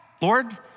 Lord